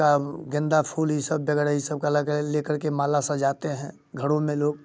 का गेंदा फूल ये सब ये सब का लेकर के माला सजाते हैं घरों में लोग